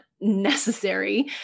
necessary